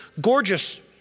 gorgeous